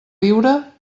viure